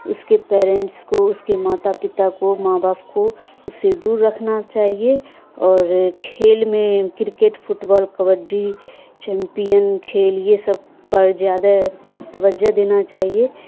اس کے پیرنٹس کو اس کے ماتا پتا کو ماں باپ کو اس سے دور رکھنا چاہیے اور کھیل میں cricket football kabaddi champion کھیل یہ سب پر زیادہ توجہ دینا چاہیے